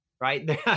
right